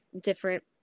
different